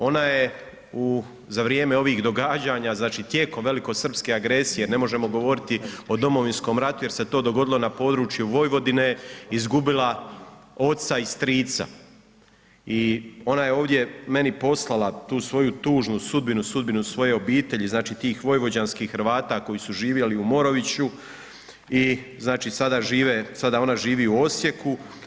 Ona je za vrijeme ovih događanja znači tijekom velikosrpske agresije, ne možemo govoriti o Domovinskom ratu jer se to dogodilo na području Vojvodine, izgubila oca i strica i ona je ovdje meni poslala tu svoju tužnu sudbinu, sudbinu svoje obitelji znači tih Vojvođanskih Hrvata koji su živjeli u Moroviću i znači sada žive, sada ona živi u Osijeku.